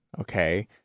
okay